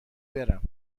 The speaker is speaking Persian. برم